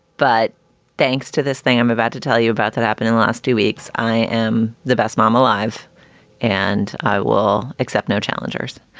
but thanks to this thing i'm about to tell you about that happened in last two weeks. i am the best mom alive and i will accept no challengers.